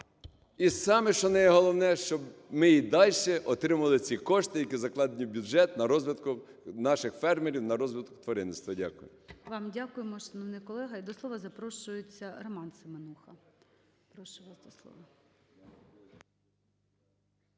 І саме що найголовне, щоб ми і дальше отримували ці кошти, які закладені в бюджет на розвиток наших фермерів, на розвиток тваринництва. Дякую. ГОЛОВУЮЧИЙ. Вам дякуємо, шановний колега. І до слова запрошується Роман Семенуха. Прошу вас до слова.